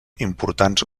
importants